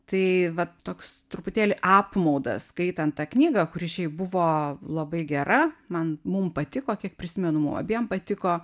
tai vat toks truputėlį apmaudas skaitant tą knygą kuri šiaip buvo labai gera man mum patiko kiek prisimenu mum abiem patiko